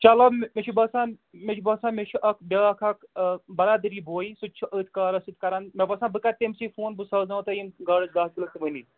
چلو مےٚ مےٚ چھُ باسان مےٚ چھُ باسان مےٚ چھُ اَکھ بیٛاکھ اَکھ برادرٔی بوے سُہ تہِ چھُ أتھۍ کارَس سۭتۍ کران مےٚ باسان بہٕ کَرٕ تٔمۍ سٕے فون بہٕ سوزناوَو تۄہہِ یِم گاڈس داہ کِلوٗ تہٕ وٕنی